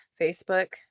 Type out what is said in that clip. Facebook